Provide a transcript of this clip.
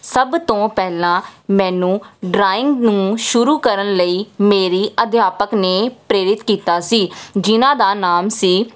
ਸਭ ਤੋਂ ਪਹਿਲਾਂ ਮੈਨੂੰ ਡਰਾਇੰਗ ਨੂੰ ਸ਼ੁਰੂ ਕਰਨ ਲਈ ਮੇਰੀ ਅਧਿਆਪਕ ਨੇ ਪ੍ਰੇਰਿਤ ਕੀਤਾ ਸੀ ਜਿਹਨਾਂ ਦਾ ਨਾਮ ਸੀ